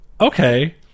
okay